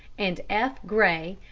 and f. grey,